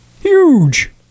Huge